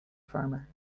farmer